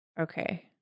Okay